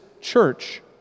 church